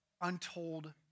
untold